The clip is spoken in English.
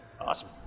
awesome